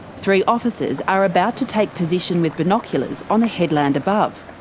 three officers are about to take position with binoculars on the headland above.